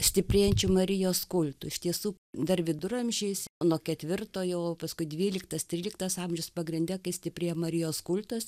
stiprėjančiu marijos kultu iš tiesų dar viduramžiais nuo ketvirtojo o paskui dvyliktas tryliktas amžius pagrinde kai stiprėjo marijos kultas